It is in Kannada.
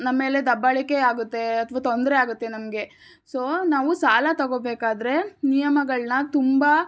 ನಮ್ಮ ಮೇಲೆ ದಬ್ಬಾಳಿಕೆ ಆಗುತ್ತೆ ಅಥವಾ ತೊಂದರೆ ಆಗುತ್ತೆ ನಮಗೆ ಸೋ ನಾವು ಸಾಲ ತಗೋಬೇಕಾದರೆ ನಿಯಮಗಳನ್ನ ತುಂಬ